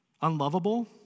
Unlovable